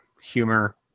humor